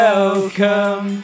Welcome